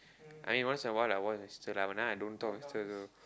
I mean once awhile I watch and still like now I don't talk